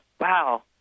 Wow